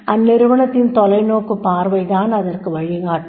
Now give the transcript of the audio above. அந்நிறுவனத்தின் தொலைநோக்குப் பார்வைதான் அதற்கு வழிகாட்டும்